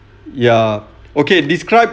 ya okay describe